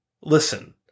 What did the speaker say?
listen